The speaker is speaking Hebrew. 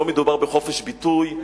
לא מדובר בחופש ביטוי,